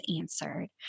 answered